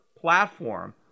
platform